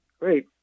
Great